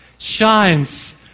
shines